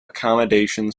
accommodation